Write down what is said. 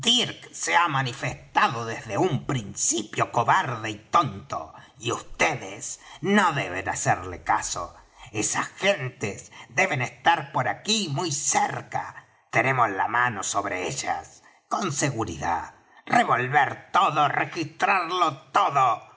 se ha manifestado desde un principio cobarde y tonto y vds no deben hacerle caso esas gentes deben estar por aquí muy cerca tenemos la mano sobre ellas con seguridad revolver todo registrarlo todo